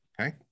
Okay